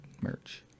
merch